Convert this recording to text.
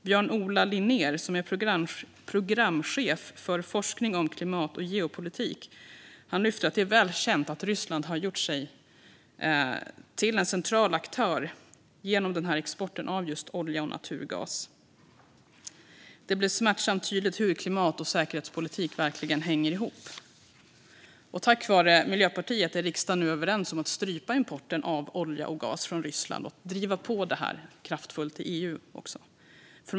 Björn-Ola Linnér, programchef för forskning om klimat och geopolitik, lyfter fram att det är väl känt att Ryssland har gjort sig till en central aktör genom exporten av just olja och naturgas. Det blev smärtsamt tydligt hur klimat och säkerhetspolitik hänger ihop. Tack vare Miljöpartiet är riksdagen nu överens om att strypa importen av olja och gas från Ryssland och driva på frågan kraftfullt i EU.